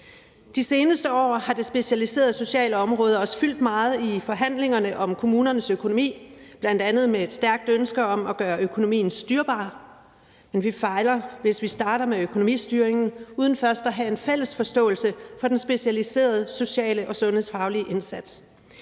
De seneste år har det specialiserede socialområde også fyldt meget i forhandlingerne om kommunernes økonomi, bl.a. med et stærkt ønske om at gøre økonomien styrbar, men vi fejler, hvis vi starter med økonomistyringen uden først at have en fælles forståelse for den specialiserede, sociale og sundhedsfaglige indsats.